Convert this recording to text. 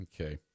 okay